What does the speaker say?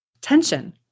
tension